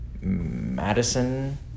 Madison